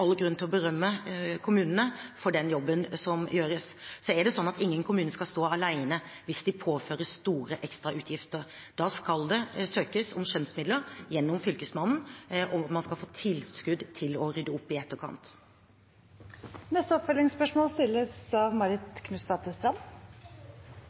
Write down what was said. all grunn til å berømme kommunene for den jobben som gjøres. Ingen kommuner skal stå alene hvis de påføres store ekstrautgifter. Da skal det søkes om skjønnsmidler gjennom Fylkesmannen, om man skal få tilskudd til å rydde opp i etterkant. Marit Knutsdatter Strand – til oppfølgingsspørsmål.